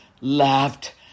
laughed